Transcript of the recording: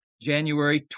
January